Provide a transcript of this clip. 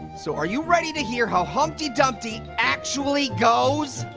so are you ready to hear how humpty dumpty actually goes?